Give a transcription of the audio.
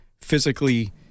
physically –